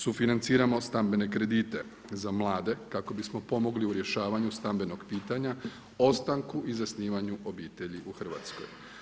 Sufinanciramo stambene kredite za mlade, kako bismo pomogli za rješavanju stambenog pitanja ostanku i zasnivanju obitelji u Hrvatskoj.